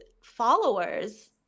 followers